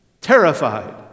terrified